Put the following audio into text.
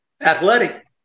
athletic